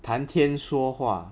谈天说话